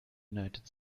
united